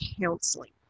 counseling